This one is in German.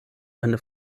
eine